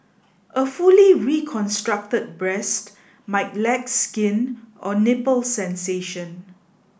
a fully reconstructed breast might lack skin or nipple sensation